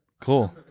cool